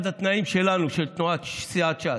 אחד התנאים שלנו, של תנועת סיעת ש"ס,